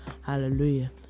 hallelujah